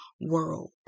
world